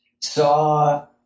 saw